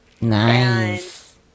Nice